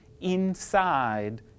inside